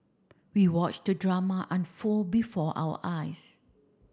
we watched the drama unfold before our eyes